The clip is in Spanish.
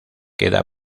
queda